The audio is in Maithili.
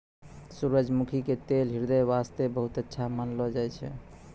सूरजमुखी के तेल ह्रदय वास्तॅ बहुत अच्छा मानलो जाय छै